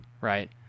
right